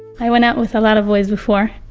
i went out with a lot of boys before